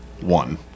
one